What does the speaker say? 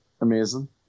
amazing